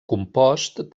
compost